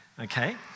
okay